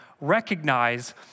recognize